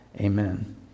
Amen